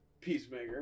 Peacemaker